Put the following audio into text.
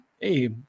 Hey